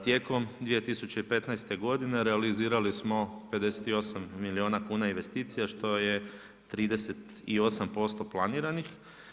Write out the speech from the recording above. Tijekom 2015. godine, realizirali smo 58 milijuna kuna investicija, što je 38% planiranih.